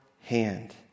hand